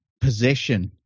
possession